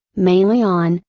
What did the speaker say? mainly on,